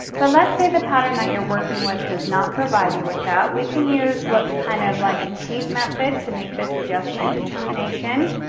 but let's say the pattern that you're working with does not provide you with that, we can use what's kind of like a cheat method to make this adjustment determination.